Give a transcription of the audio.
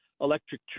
electric